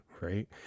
right